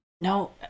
No